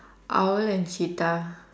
owl and cheetah